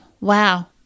wow